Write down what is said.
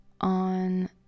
on